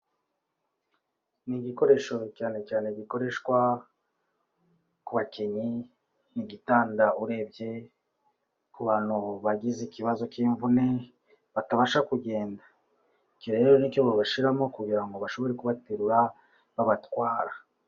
Ni igikoresho cyane cyane gikoreshwa, ku bakinnyi, n'igitanda urebye, ku bantu bagize ikibazo cy'imvune, batabasha kugenda. Iki rero nicyo babashiramo, kugira ngo bashobore kubaterura, babatwara.